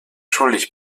schuldig